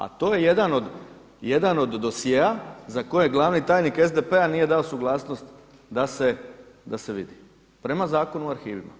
A to je jedan od dosjea za koje glavni tajnik SDP-a nije dao suglasnost da se vidi, prema Zakonu o arhivima.